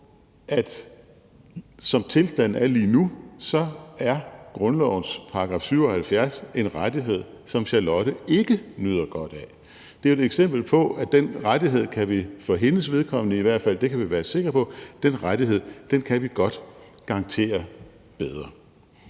som tilstanden er lige nu, er grundlovens § 77 en rettighed, som Charlotte ikke nyder godt af. Det er et eksempel på, at den rettighed kan vi – i hvert fald for hendes vedkommende; det kan vi være sikre på – garantere bedre.